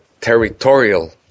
territorial